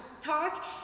talk